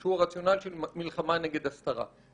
שהוא רציונל של מלחמה נגד הסתרה.